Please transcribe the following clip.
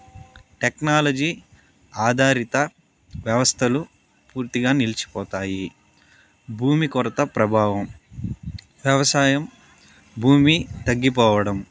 technology ఆధారిత వ్యవస్థలు పూర్తిగా నిలిచిపోతాయి భూమి కొరత ప్రభావం వ్యవసాయం భూమి తగ్గిపోవడం